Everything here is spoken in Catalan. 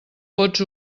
pots